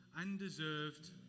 undeserved